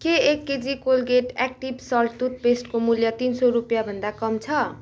के एक KG Colgate active salt टुथपेस्टको मूल्य तिन सय रुपियाँभन्दा कम छ